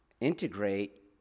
integrate